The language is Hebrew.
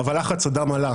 אבל לחץ הדם עלה